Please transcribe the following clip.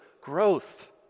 growth